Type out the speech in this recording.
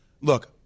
Look